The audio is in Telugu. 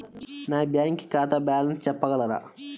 నా బ్యాంక్ ఖాతా బ్యాలెన్స్ చెప్పగలరా?